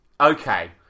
Okay